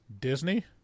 Disney